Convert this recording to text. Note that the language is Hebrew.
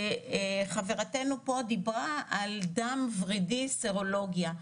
חברתנו פה דיברה על דם ורידי, סרולוגיה.